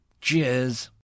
Cheers